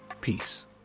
peace